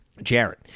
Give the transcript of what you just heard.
Jared